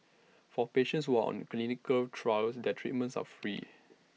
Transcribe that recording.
for patients who are on clinical trials their treatments are free